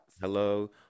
hello